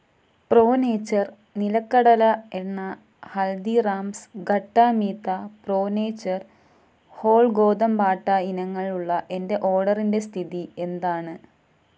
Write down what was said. pro Nature നിലക്കടല എണ്ണ Haldiram's khatta meetha Pro Nature whole ഗോതമ്പ് ആട്ട ഇനങ്ങൾ ഉള്ള എന്റെ ഓർഡറിന്റെ സ്ഥിതി എന്താണ്